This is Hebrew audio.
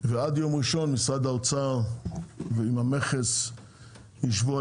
ועד יום ראשון משרד האוצר, עם המכס ישבו.